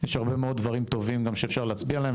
יש הרבה דברים טובים שאפשר להצביע עליהם,